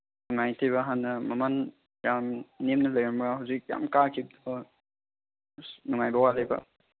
ꯅꯥꯏꯟꯇꯤꯗꯣ ꯍꯥꯟꯅ ꯃꯃꯟ ꯌꯥꯝ ꯅꯦꯝꯅ ꯂꯩꯔꯝꯕ꯭ꯔꯥ ꯍꯧꯖꯤꯛ ꯌꯥꯝ ꯀꯥꯈꯤꯕꯗꯣ ꯑꯁ ꯅꯨꯡꯉꯥꯏꯕ ꯋꯥꯠꯂꯦꯕ